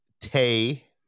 Tay